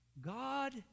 God